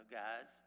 guys